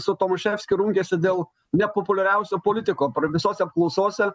su tomaševskiu rungėsi dėl nepopuliariausio politiko visose apklausose